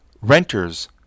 renters